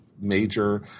major –